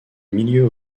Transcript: milieu